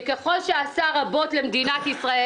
שככל שעשה רבות למדינת ישראל,